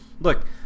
look